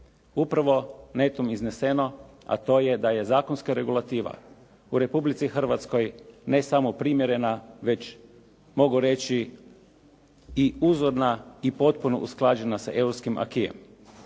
upravo netom izneseno a to je da je zakonska regulativa u Republici Hrvatskoj ne samo primjerena već mogu reći i uzorna i potpuno usklađena sa europskim